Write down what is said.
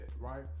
right